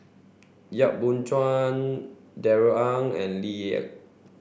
Yap Boon Chuan Darrell Ang and Lee